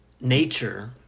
nature